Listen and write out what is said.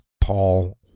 Paul